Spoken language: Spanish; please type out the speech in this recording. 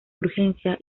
urgencia